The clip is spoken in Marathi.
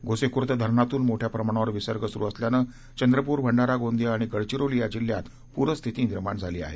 गोसेखुर्द धरणातून मोठ्या प्रमाणावर विसर्ग सुरु असल्यानं चंद्रपुर भंडारा गोंदिया आणि गडचिरोली या जिल्ह्यात पूरस्थिती निर्माण झाली आहे